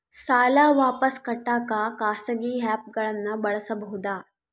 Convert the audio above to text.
ಸಾಲ ವಾಪಸ್ ಕಟ್ಟಕ ಖಾಸಗಿ ಆ್ಯಪ್ ಗಳನ್ನ ಬಳಸಬಹದಾ?